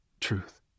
truth